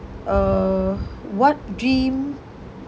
uh what dream